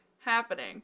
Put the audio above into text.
happening